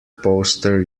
poster